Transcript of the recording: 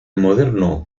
moderno